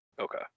Okay